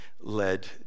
led